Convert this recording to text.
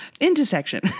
intersection